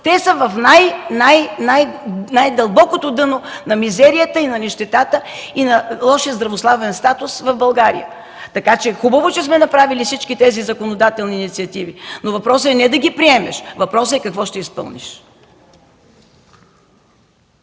най-, най-дълбокото дъно на мизерията и на нищетата, и на лошия здравословен статус в България. Хубаво е, че сме направили всички тези законодателни инициативи, но въпросът е не да ги приемеш, а въпросът е какво ще изпълниш.